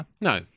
No